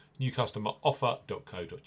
newcustomeroffer.co.uk